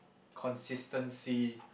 consistency